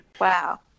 Wow